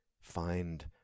find